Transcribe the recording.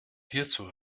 hierzu